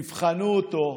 תבחנו אותו,